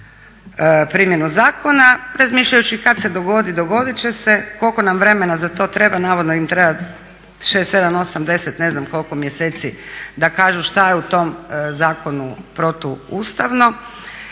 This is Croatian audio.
primjenu zakona razmišljajući kad se dogodi, dogodit će se. Koliko nam vremena za to treba? Navodno im treba 6, 7, 8, 10 ne znam koliko mjeseci da kažu što je u tom zakonu protuustavno,